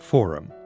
Forum